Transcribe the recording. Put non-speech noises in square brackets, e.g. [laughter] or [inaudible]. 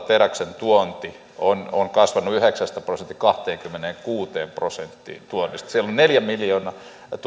[unintelligible] teräksen tuonti kiinasta on kasvanut yhdeksästä prosentista kahteenkymmeneenkuuteen prosenttiin sieltä on neljä miljoonaa